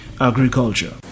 agriculture